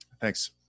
Thanks